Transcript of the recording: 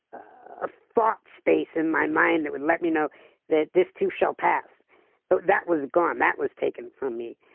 a thought space in my mind that would let me know that this too shall pass, but that was gone. that was taken from me,